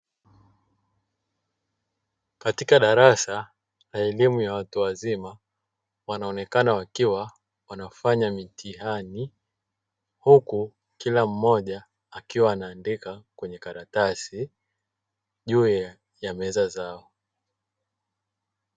Katika darasa la elimu ya watu wazima wanaonekana wakiwa wanafanya mitihani ,huku Kila mmoja akiwa anaandika kwenye karatasi juu ya meza zao.